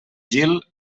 gil